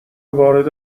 وارد